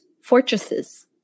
fortresses